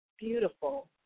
beautiful